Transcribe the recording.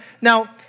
now